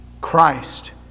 Christ